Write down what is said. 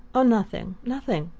oh, nothing nothing.